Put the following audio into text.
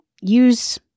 use